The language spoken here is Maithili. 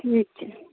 ठीक छै